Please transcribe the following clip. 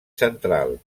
central